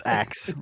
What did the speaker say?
axe